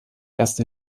erste